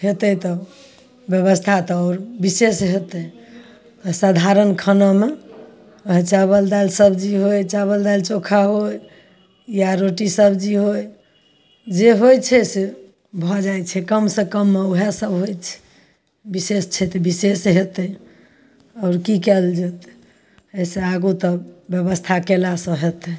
होयतै तऽ ब्यवस्था तऽ बिशेष होयतै तऽ सधारण खानामे ओहए चावल दालि सबजी होय चावल दाल चोखा होय या रोटी सबजी होय जे होइत छै से भऽ जाइत छै कमसँ कममे ओहए सब होइत छै बिशेष छै तऽ बिशेष होयतै आओर की कयल जाए एहिसँ आगु तऽ ब्यवस्था कयलासँ ऽ होयतै